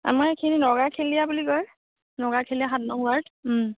আমাৰ এইখিনি নগাখেলীয়া বুলি কয় নগাখেলীয়া সাত নং ৱাৰ্ড